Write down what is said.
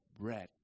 bread